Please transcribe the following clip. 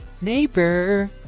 Neighbor